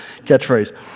catchphrase